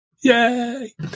Yay